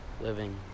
living